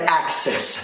access